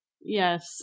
Yes